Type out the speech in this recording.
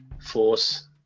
force